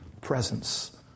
presence